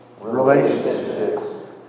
Relationships